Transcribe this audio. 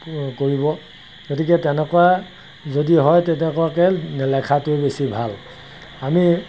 কৰিব গতিকে তেনেকুৱা যদি হয় তেনেকুৱাকৈ লেখাটো বেছি ভাল আমি